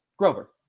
Grover